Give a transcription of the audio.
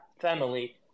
Family